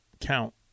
count